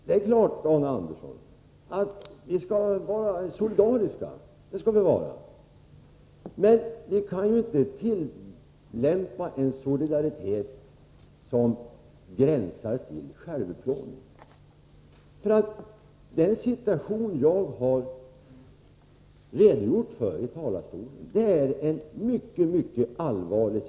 Det är klart, Arne Andersson, att vi skall vara solidariska — men vi kan inte tillämpa en solidaritet som gränsar till självutplåning. Den situation jag har redogjort för i talarstolen är mycket allvarlig.